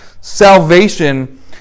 salvation